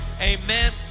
Amen